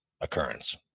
occurrence